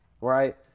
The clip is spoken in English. right